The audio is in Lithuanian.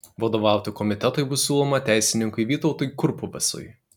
vadovauti komitetui bus siūloma teisininkui vytautui kurpuvesui